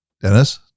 Dennis